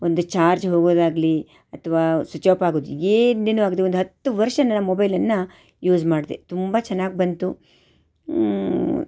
ಒಂದು ಚಾರ್ಜ್ ಹೋಗೋದಾಗಲಿ ಅಥವಾ ಸ್ವಿಚ್ಚ್ ಆಪ್ ಆಗೋದು ಏನು ಏನೂ ಆಗದೇ ಒಂದು ಹತ್ತು ವರ್ಷ ನಾನು ಆ ಮೊಬೈಲನ್ನು ಯೂಸ್ ಮಾಡಿದೆ ತುಂಬ ಚೆನ್ನಾಗಿ ಬಂತು